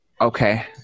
Okay